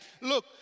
Look